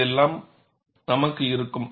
இதெல்லாம் நமக்கு இருக்கும்